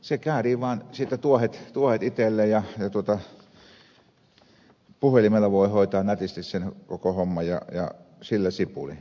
se käärii vaan siitä tuohet itselleen ja puhelimella voi hoitaa nätisti koko homman ja sillä sipuli